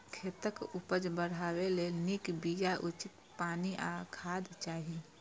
खेतक उपज बढ़ेबा लेल नीक बिया, उचित पानि आ खाद चाही